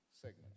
segment